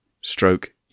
stroke